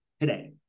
today